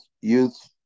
youth